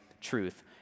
truth